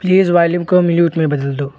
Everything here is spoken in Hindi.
प्लीज़ वायल्यूम को म्यूट में बदल दो